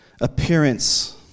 appearance